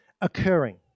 occurring